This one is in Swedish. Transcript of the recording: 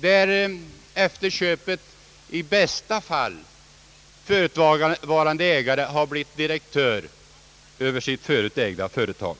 I bästa fall har efter köpet den förutvarande ägaren blivit direktör över sitt förut ägda företag.